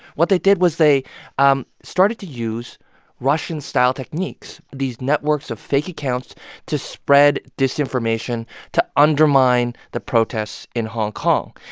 what they did was they um started to use russian-style techniques, these networks of fake accounts to spread disinformation to undermine the protests in hong kong.